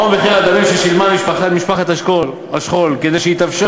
מהו מחיר הדמים ששילמה משפחת השכול כדי שיתאפשר